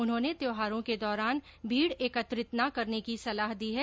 उन्होंने त्योहारों के दौरान भीड़ एकत्रित न करने की सलाह दी है